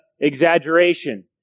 exaggeration